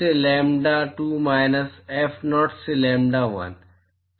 F0 से लैम्ब्डा2 minus F0 से लैम्ब्डा1